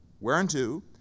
Whereunto